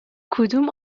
کدوم